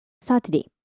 Saturday